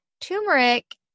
Turmeric